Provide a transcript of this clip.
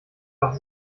doch